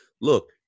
look